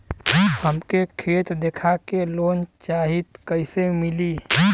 हमके खेत देखा के लोन चाहीत कईसे मिली?